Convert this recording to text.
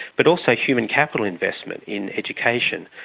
but also human capital investment, in education.